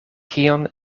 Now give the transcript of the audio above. kion